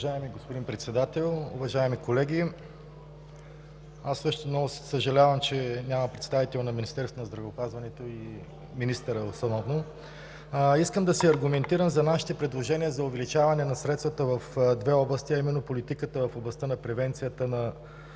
Уважаеми господин Председател, уважаеми колеги! Аз също много съжалявам, че няма представител на Министерството на здравеопазването и основно министърът. Искам да се аргументирам за нашите предложения за увеличаване на средствата в две области, а именно в „Политиката в областта на превенцията и